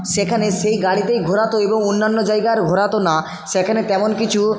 সেখানে সেই গাড়িতেই ঘোরাত এবং অন্যান্য জায়গা আর ঘোরাত না সেখানে তেমন কিছু